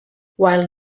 while